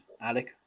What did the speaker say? Alec